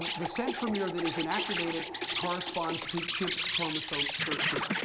the centromere that is inactivated corresponds to chimp chromosome thirteen.